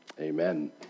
Amen